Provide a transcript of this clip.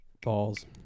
Balls